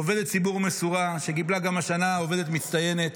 עובדת ציבור מסורה שקיבלה גם השנה עובדת מצטיינת,